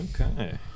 Okay